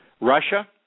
Russia